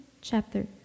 chapter